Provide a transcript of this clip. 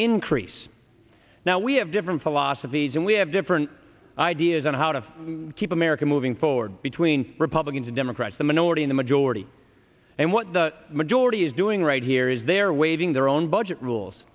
increase now we have different philosophies and we have different ideas on how to keep america moving forward between republicans and democrats the minority in the majority and what the majority is doing right here is they're waving their own budget rules